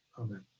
Amen